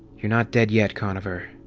you're not dead yet, conover.